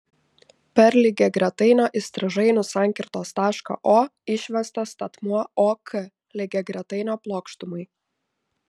per lygiagretainio įstrižainių sankirtos tašką o išvestas statmuo ok lygiagretainio plokštumai